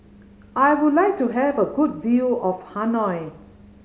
I would like to have a good view of Hanoi